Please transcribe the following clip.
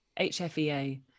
hfea